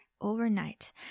overnight